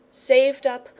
saved up,